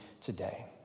today